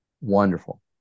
Wonderful